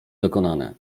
dokonane